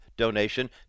donation